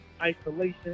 isolation